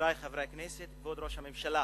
חברי חברי הכנסת, כבוד ראש הממשלה,